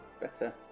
Better